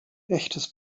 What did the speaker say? echtes